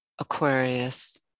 Aquarius